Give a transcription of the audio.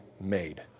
made